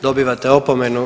Dobivate opomenu.